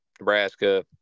nebraska